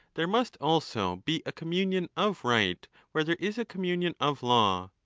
there must also be a communion of right where there is a communion of law.